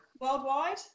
Worldwide